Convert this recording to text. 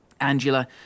Angela